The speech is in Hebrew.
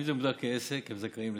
אם זה מוגדר כעסק, הם זכאים לסיוע.